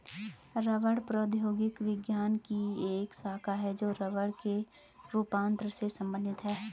रबड़ प्रौद्योगिकी विज्ञान की एक शाखा है जो रबड़ के रूपांतरण से संबंधित है